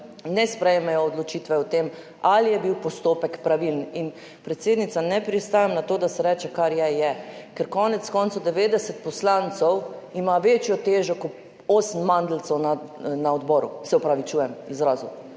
ne sprejmejo odločitve o tem, ali je bil postopek pravilen. Predsednica, ne pristajam na to, da se reče, kar je je, ker konec koncev 90 poslancev ima večjo težo kot osem mandeljcev na odboru, se opravičujem izrazu.